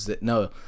No